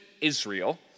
Israel